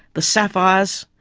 the sapphires,